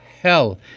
hell